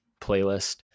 playlist